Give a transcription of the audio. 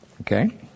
Okay